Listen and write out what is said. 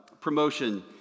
promotion